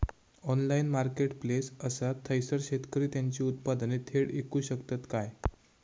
Online marketplace असा थयसर शेतकरी त्यांची उत्पादने थेट इकू शकतत काय?